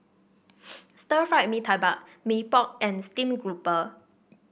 Stir Fried Mee Tai Bak Mee Pok and Steamed Grouper